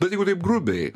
bet jeigu taip grubiai